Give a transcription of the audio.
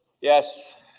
Yes